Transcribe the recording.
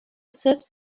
صدق